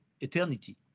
eternity